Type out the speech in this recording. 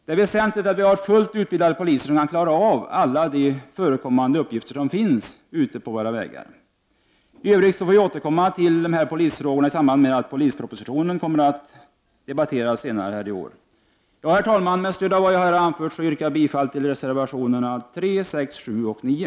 Det är väsentligt att vi har fullt utbildade poliser som kan klara av alla förekommande uppgifter i trafiken. I övrigt får vi återkomma till polisfrågorna i samband med behandlingen av polispropositionen senare i år. Herr talman! Med stöd av vad jag anfört yrkar jag bifall till reservationerna 3, 6, 7 och 9.